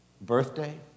Birthday